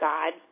God